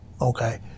Okay